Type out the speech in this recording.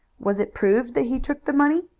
was it proved that he took the money?